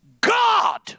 God